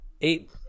Eight